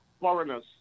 foreigners